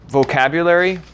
vocabulary